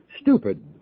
stupid